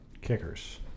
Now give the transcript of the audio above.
Kickers